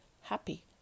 happy